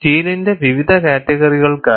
സ്റ്റീലിന്റെ വിവിധ കാറ്റഗറികൾക്കായി